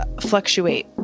fluctuate